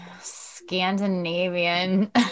Scandinavian